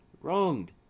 wronged